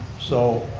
so